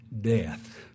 death